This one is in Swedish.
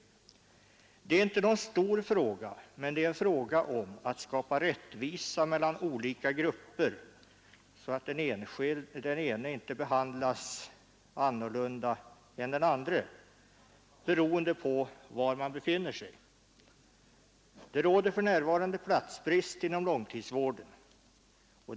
Detta är inte någon stor fråga, men det är en fråga om att skapa rättvisa mellan olika grupper, så att den ene inte behandlas annorlunda än den andre, beroende på var man befinner sig. Det råder för närvarande platsbrist inom långtidsvården.